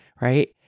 right